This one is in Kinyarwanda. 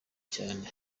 cyane